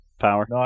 power